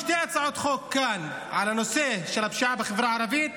בשתי הצעות חוק כאן על הנושא של הפשיעה בחברה הערבית,